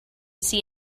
see